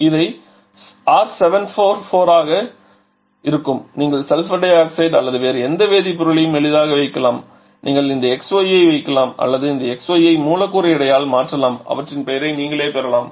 எனவே இது R744 ஆக இருக்கும் நீங்கள் சல்பர் டை ஆக்சைடு அல்லது வேறு எந்த வேதிப்பொருட்களையும் எளிதாக வைக்கலாம் நீங்கள் இந்த xy ஐ வைக்கலாம் அல்லது இந்த xy ஐ மூலக்கூறு எடையால் மாற்றலாம் அவற்றின் பெயரை நீங்கள் பெறலாம்